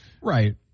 Right